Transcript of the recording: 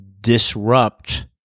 disrupt